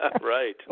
right